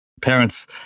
parents